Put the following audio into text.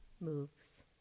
moves